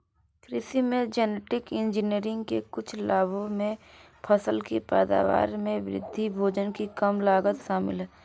कृषि में genetic engineering के कुछ लाभों में फसल की पैदावार में वृद्धि, भोजन की कम लागत शामिल हैं